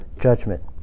judgment